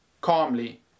calmly